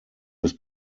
des